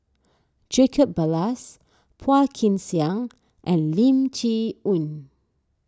Jacob Ballas Phua Kin Siang and Lim Chee Onn